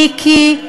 מיקי,